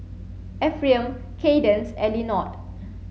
Ephriam Kaydence and Lenord